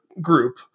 group